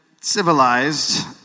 civilized